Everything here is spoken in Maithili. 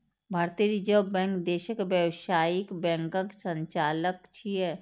भारतीय रिजर्व बैंक देशक व्यावसायिक बैंकक संचालक छियै